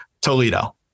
Toledo